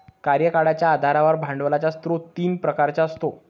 कार्यकाळाच्या आधारावर भांडवलाचा स्रोत तीन प्रकारचा असतो